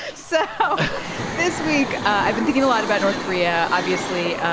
so this week, i've been thinking a lot about north korea. obviously,